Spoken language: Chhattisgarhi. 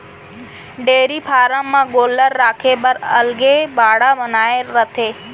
डेयरी फारम म गोल्लर राखे बर अलगे बाड़ा बनाए रथें